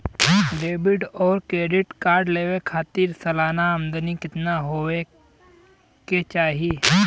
Debit और credit card लेवे के खातिर सलाना आमदनी कितना हो ये के चाही?